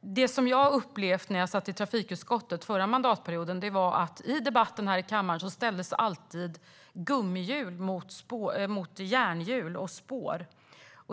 Det jag upplevde när jag satt i trafikutskottet under den förra mandatperioden var att man i debatterna i kammaren alltid ställde gummihjul mot järnhjul och spår.